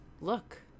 look